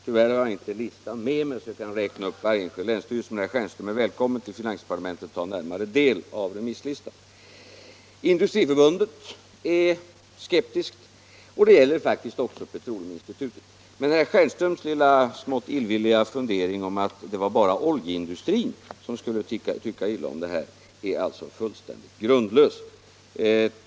Tyvärr har jag inte listan med mig så att jag kan räkna upp de enskilda länsstyrelserna, men herr Stjernström är välkommen till finansdepartementet för att närmare ta del av remisslistan. Industriförbundet är skeptiskt, och det gäller faktiskt också Petroleuminstitutet. Men herr Stjernströms lilla, smått illvilliga fundering om att det bara var oljeindustrin som skulle tycka illa om förslaget är fullkomligt grundlös.